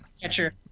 catcher